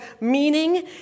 meaning